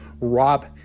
rob